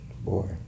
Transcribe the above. boy